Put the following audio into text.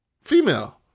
female